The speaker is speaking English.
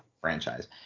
franchise